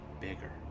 bigger